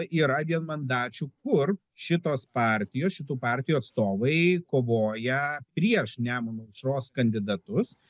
yra vienmandačių kur šitos partijos šitų partijų atstovai kovoja prieš nemuno aušros kandidatus